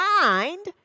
mind